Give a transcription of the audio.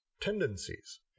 tendencies